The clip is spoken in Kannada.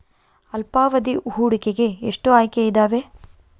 ಅಲ್ಪಾವಧಿ ಹೂಡಿಕೆಗೆ ಎಷ್ಟು ಆಯ್ಕೆ ಇದಾವೇ?